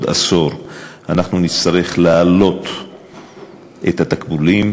עשור אנחנו נצטרך להעלות את התקבולים,